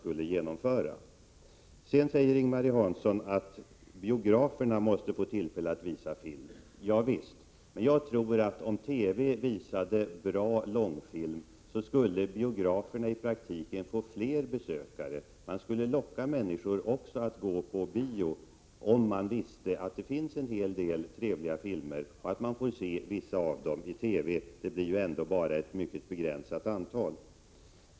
Vidare säger Ing-Marie Hansson att biograferna måste få tillfälle att visa film. Javisst. Men jag tror att om TV visade bra långfilmer, skulle biograferna i praktiken få fler besökare. Människor skulle lockas att också gå på bio om de visste att det finns en hel del trevliga filmer genom att vissa av dem visades i TV. Det blir ju ändå bara fråga om ett mycket begränsat antal.